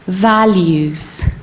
values